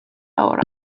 aura